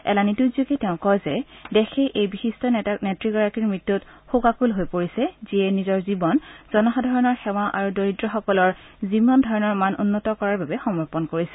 এলানি টুইটযোগে তেওঁ কয় যে দেশে এই বিশিষ্ট নেতাগৰাকীৰ মৃত্যুত শোকাকুল হৈ পৰিছে যিয়ে নিজৰ জীৱন জনসাধাৰণৰ সেৱা আৰু দৰিদ্ৰসকলৰ জীৱনধাৰণৰ মান উন্নত কৰাৰ বাবে সমৰ্পন কৰিছিল